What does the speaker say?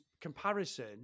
comparison